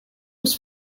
was